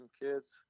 kids